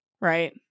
right